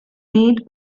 made